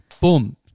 boom